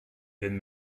fynd